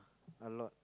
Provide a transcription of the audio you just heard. a lot